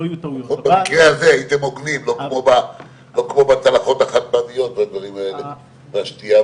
הדיון היום יעסוק בפרק ג', מימון ופיתוח מיזם